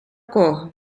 кого